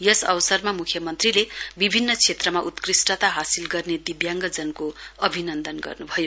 यस अवसरमा मुख्यमन्त्रीले विभिन्न क्षेत्रमा उत्कृष्टता हासिल गर्ने दिव्याङ्गजनको अभिनन्दन गर्नुभयो